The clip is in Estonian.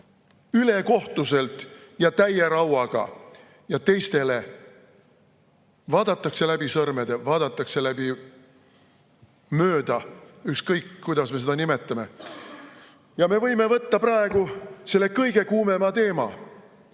ülekohtuselt ja täie rauaga, aga teiste puhul vaadatakse läbi sõrmede, vaadatakse mööda – ükskõik, kuidas me seda nimetame. Ja me võime võtta praegu selle kõige kuumema teema: